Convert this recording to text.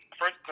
first